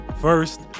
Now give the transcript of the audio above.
First